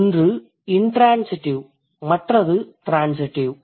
ஒன்று இண்ட்ரான்சிடிவ் மற்றது ட்ரான்சிடிவ்